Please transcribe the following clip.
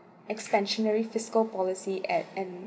expansionary fiscal policy at and